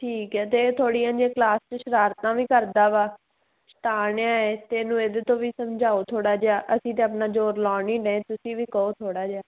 ਠੀਕ ਹੈ ਅਤੇ ਇਹ ਥੋੜ੍ਹੀਆਂ ਜਿਹੀਆਂ ਕਲਾਸ 'ਚ ਸ਼ਰਾਰਤਾਂ ਵੀ ਕਰਦਾ ਵਾ ਸ਼ੈਤਾਨ ਹੈ ਅਤੇ ਇਹਨੂੰ ਇਹਦੇ ਤੋਂ ਵੀ ਸਮਝਾਓ ਥੋੜ੍ਹਾ ਜਿਹਾ ਅਸੀਂ ਤਾਂ ਆਪਣਾ ਜ਼ੋਰ ਲਾਉਣ ਹੀ ਡੇ ਤੁਸੀਂ ਵੀ ਕਹੋ ਥੋੜ੍ਹਾ ਜਿਹਾ